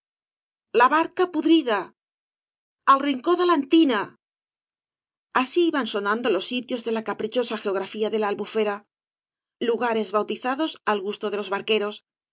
íla harca podrida t el rincó de la antina asi iban sonando los sitios de la ca prichosa geografía de la albufera lugares bau tizados al gusto de los barqueros